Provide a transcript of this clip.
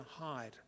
hide